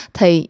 Thì